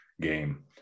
game